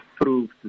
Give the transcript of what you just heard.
proved